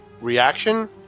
reaction